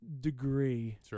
degree